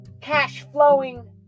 cash-flowing